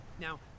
Now